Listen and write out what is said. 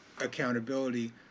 accountability